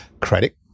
Credit